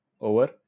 over